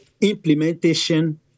implementation